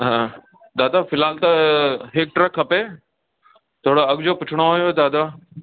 हा दादा फ़िलहाल त हिक ट्रक खपे थोरो अघ जो पुछणो हुयो दादा